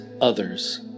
others